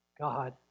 God